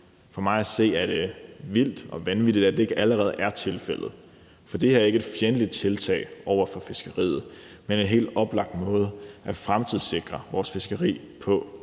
For mig at se er det vildt og vanvittigt, at det ikke allerede er tilfældet. For det her er ikke et fjendtligt tiltag over for fiskeriet, men en helt oplagt måde at fremtidssikre vores fiskeri på,